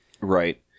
Right